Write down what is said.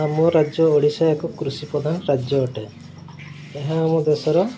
ଆମ ରାଜ୍ୟ ଓଡ଼ିଶା ଏକ କୃଷିପ୍ରଦାନ ରାଜ୍ୟ ଅଟେ ଏହା ଆମ ଦେଶର